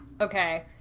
Okay